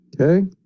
Okay